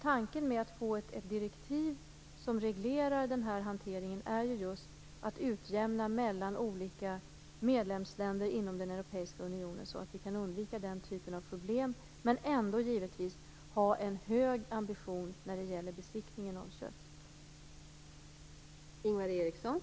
Tanken med ett direktiv som reglerar denna hantering är just att utjämna mellan olika medlemsländer inom den europeiska unionen, så att vi kan undvika den typen av problem, men ändå givetvis ha en hög ambition när det gäller besiktningen av kött.